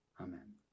Amen